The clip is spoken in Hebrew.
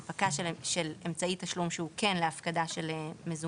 של הנפקה של אמצעי תשלום שהוא כן להפקדה של מזומן.